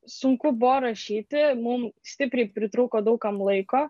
sunku buvo rašyti mum stipriai pritrūko daug kam laiko